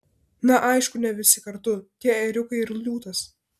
na aišku ne visi kartu tie ėriukai ir liūtas